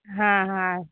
हां हां